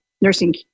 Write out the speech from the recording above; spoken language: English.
nursing